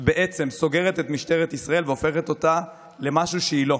בעצם סוגרת את משטרת ישראל והופכת אותה למשהו שהיא לא,